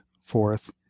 FOURTH